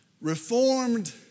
reformed